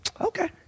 Okay